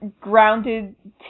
grounded